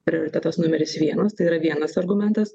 prioritetas numeris vienas tai yra vienas argumentas